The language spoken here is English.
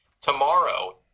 Tomorrow